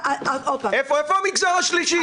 איפה המגזר השלישי?